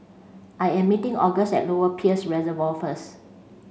I am meeting August at Lower Peirce Reservoir first